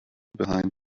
behind